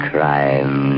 Crime